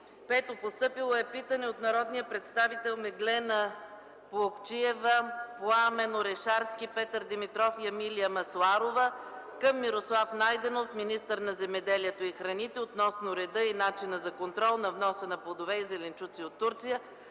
18 ноември 2011 г.; - народните представители Меглена Плугчиева, Пламен Орешарски, Петър Димитров и Емилия Масларова към Мирослав Найденов – министър на земеделието и храните относно реда и начина за контрол на вноса на плодове и зеленчуци от Турция.